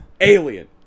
alien